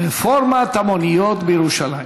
רפורמת המוניות בירושלים.